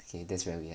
okay that's very weird